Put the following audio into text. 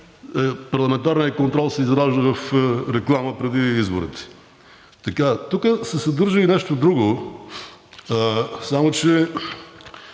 парламентарният контрол се изражда в реклама преди изборите. Тук се съдържа и нещо друго, само че